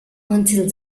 until